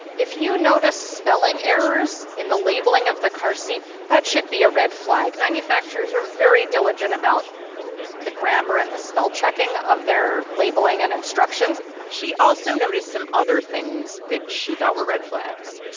if you notice spelling errors in the labeling of the car seat, that should be a red flag. manufacturers are very diligent about the grammar and the spell-checking of their labeling and instructions she also noticed some other things that she thought were red flags,